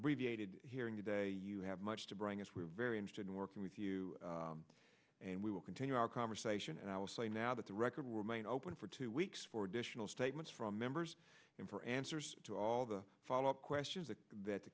abbreviated hearing today you have much to bring us we're very interested in working with you and we will continue our conversation and i will say now that the record will remain open for two weeks for additional statements from members and for answers to all the follow up questions that th